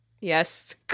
Yes